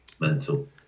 Mental